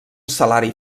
salari